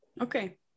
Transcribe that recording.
Okay